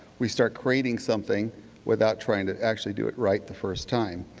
we start creating something without trying to actually do it right the first time.